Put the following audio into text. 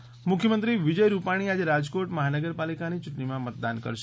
મતદાન મુખ્યમંત્રી વિજય રૂપાણી આજે રાજકોટ મહાનગરપાલિકાની ચૂંટણી મતદાન કરશે